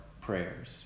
prayers